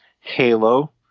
Halo